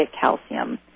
calcium